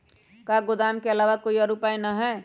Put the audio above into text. का गोदाम के आलावा कोई और उपाय न ह?